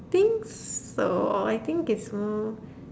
think so I think it's more